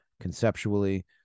conceptually